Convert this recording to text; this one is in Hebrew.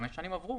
עברו